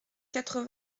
quatre